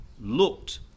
looked